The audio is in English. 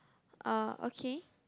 uh okay